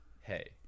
Hey